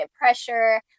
pressure